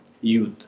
youth